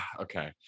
Okay